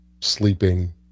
sleeping